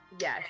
yes